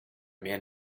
man